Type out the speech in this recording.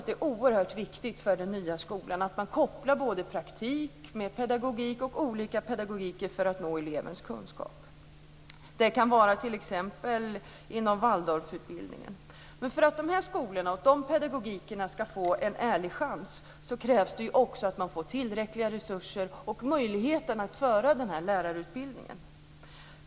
Det är oerhört viktigt för den nya skolan att man kopplar ihop praktik med pedagogik och använder olika typer av pedagogik för att nå elevens kunskap. Det kan ske t.ex. inom Waldorfutbildningen. För att olika skolor och pedagogiker ska få en ärlig chans krävs att de får tillräckliga resurser och möjlighet till en lärarutbildning.